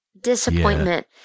disappointment